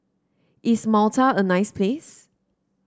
is Malta a nice place